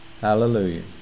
Hallelujah